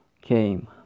came